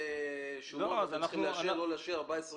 מאות שומות שאתם צריכים לאשר או לא לאשר תוך 14 יום.